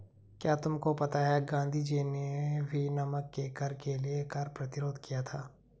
क्या तुमको पता है गांधी जी ने भी नमक के कर के लिए कर प्रतिरोध किया था